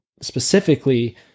specifically